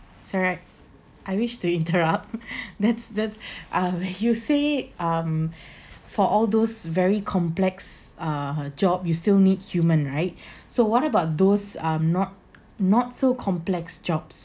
sorry I wish to interrupt that's that uh you see um for all those very complex uh job you still need human right so what about those um not not so complex jobs